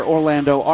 Orlando